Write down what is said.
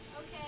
Okay